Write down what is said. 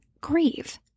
grieve